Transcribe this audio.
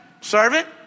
servant